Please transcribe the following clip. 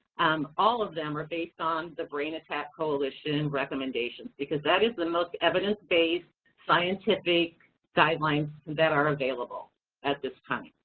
and all of them are based on the brain attack coalition recommendations, because that is the most evidence-based, scientific guidelines that are available at this time.